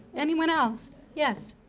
anyone else? yes.